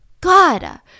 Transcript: God